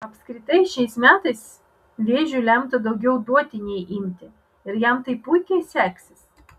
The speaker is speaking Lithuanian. apskritai šiais metais vėžiui lemta daugiau duoti nei imti ir jam tai puikiai seksis